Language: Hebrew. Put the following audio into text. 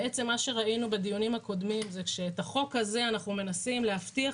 מה שראינו בדיונים הקודמים זה שבחוק הזה אנחנו מנסים להבטיח